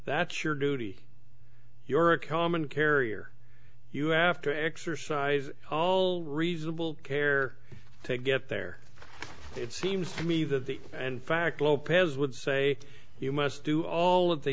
that's your duty your a common carrier you have to exercise all reasonable care to get there it seems to me that the and fact lopez would say you must do all of the